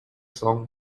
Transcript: song